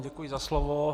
Děkuji za slovo.